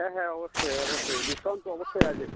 হ্যাঁ হ্যাঁবশ্যই অবশ্যই ডিসকাউন্ট তো অবশ্যই আছে